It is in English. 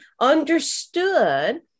understood